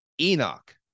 Enoch